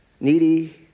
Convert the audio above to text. needy